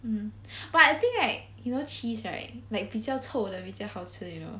mm but I think right you know cheese right like 比较臭的比较好吃 you know